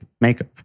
makeup